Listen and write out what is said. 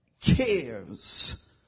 cares